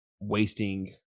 wasting